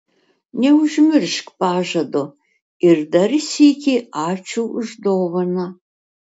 neužmiršk pažado ir dar sykį ačiū už dovaną